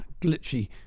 glitchy